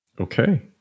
Okay